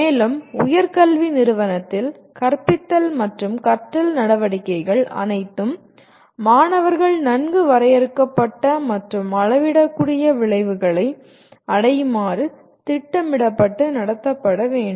மேலும் உயர்கல்வி நிறுவனத்தில் கற்பித்தல் மற்றும் கற்றல் நடவடிக்கைகள் அனைத்தும் மாணவர்கள் நன்கு வரையறுக்கப்பட்ட மற்றும் அளவிடக்கூடிய விளைவுகளை அடையுமாறு திட்டமிடப்பட்டு நடத்தப்பட வேண்டும்